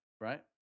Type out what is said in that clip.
right